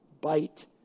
bite